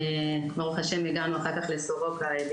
ברוך השם הגענו אחר כך לסורוקה.